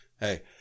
hey